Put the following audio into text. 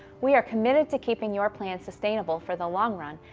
we are committed to keeping your plan sustainable for the long run,